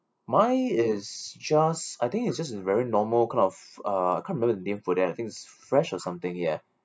mine is just I think it's just a very normal kind of uh can't remember the name for that I think is FRESH or something ya